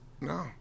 No